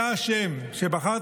אתה אשם שבחרת,